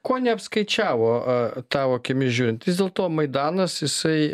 ko neapskaičiavo tavo akimis žiūrint vis dėlto maidanas jisai